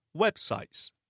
websites